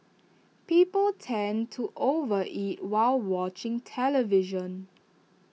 people tend to over eat while watching television